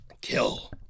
Kill